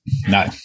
no